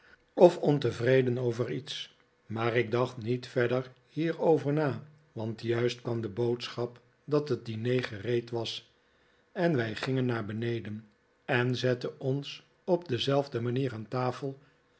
of ontevreden over iets maar ik dacht niet verder hierover na want juist kwam de boodschap dat het diner gereed was en wij gingen naar beneden en zetten ons op dezelfde manier aan tafel